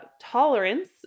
tolerance